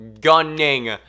gunning